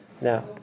Now